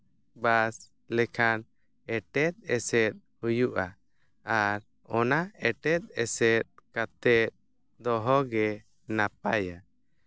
ᱵᱟᱥ ᱞᱮᱠᱷᱟᱱ ᱮᱴᱮᱫ ᱮᱥᱮᱫ ᱦᱩᱭᱩᱜᱼᱟ ᱟᱨ ᱚᱱᱟ ᱮᱴᱮᱫ ᱮᱥᱮᱫ ᱠᱟᱛᱮᱫ ᱫᱚᱦᱚ ᱜᱮ ᱱᱟᱯᱟᱭᱟ